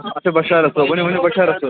بشارت صٲب ؤنِو ؤنِو بشارت صٲب